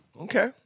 Okay